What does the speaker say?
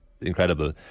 Incredible